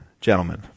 Gentlemen